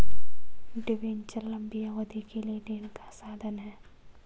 debenture लंबी अवधि के लिए ऋण का साधन है